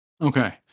Okay